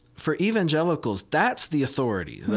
for evangelicals, that's the authority.